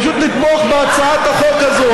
פשוט לתמוך בהצעת החוק הזאת,